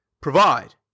provide